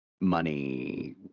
money